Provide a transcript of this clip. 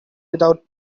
without